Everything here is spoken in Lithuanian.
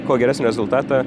kuo geresnio rezultatą